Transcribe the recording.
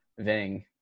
Ving